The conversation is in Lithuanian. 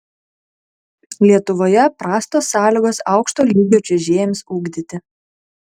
lietuvoje prastos sąlygos aukšto lygio čiuožėjams ugdyti